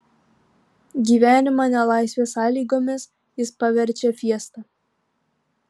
gyvenimą nelaisvės sąlygomis jis paverčia fiesta